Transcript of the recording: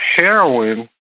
heroin